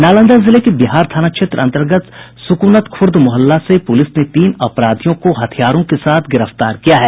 नालंदा जिले के बिहार थाना क्षेत्र अंतर्गत सुकुनतखुर्द मोहल्ला से पुलिस ने तीन अपराधियों के हथियारों के साथ गिरफ्तार किया है